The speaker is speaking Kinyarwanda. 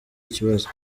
ikibazo